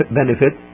benefit